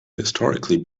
historically